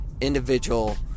individual